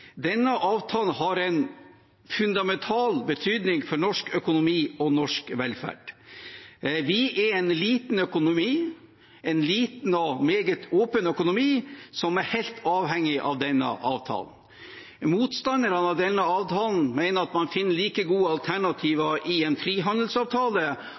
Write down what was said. Denne avtalen har en fundamental betydning for norsk økonomi og norsk velferd. Vi er en liten økonomi, en liten og meget åpen økonomi, som er helt avhengig av denne avtalen. Motstanderne av denne avtalen mener at man finner like gode